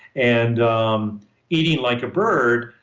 and um eating like a bird,